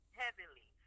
heavily